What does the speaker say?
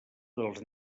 dels